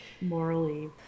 morally